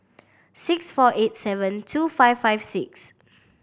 six four eight seven two five five six